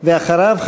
ואחריו,